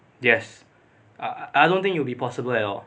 yes uh I don't think it will be possible at all